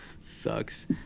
Sucks